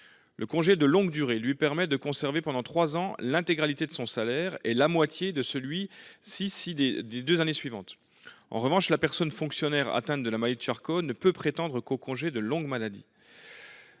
Le congé de longue durée permet au fonctionnaire de conserver pendant trois ans l'intégralité de son salaire et la moitié de celui-ci les deux années suivantes. En revanche, la personne fonctionnaire atteinte par la maladie de Charcot ne peut prétendre qu'au congé de longue maladie.